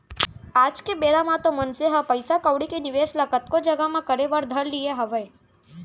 आज के बेरा म तो मनसे ह पइसा कउड़ी के निवेस ल कतको जघा म करे बर धर लिये हावय